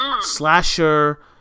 slasher